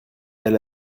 elle